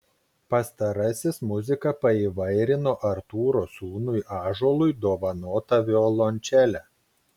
pastarasis muziką paįvairino artūro sūnui ąžuolui dovanota violončele